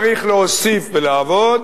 צריך להוסיף ולעבוד.